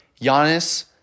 Giannis